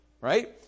right